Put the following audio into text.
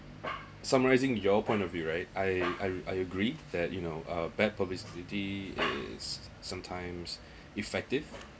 summarising your point of view right I I I agree that you know uh bad publicity is sometimes effective